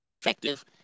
effective